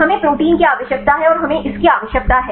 हमें प्रोटीन की आवश्यकता है और हमें इसकी आवश्यकता है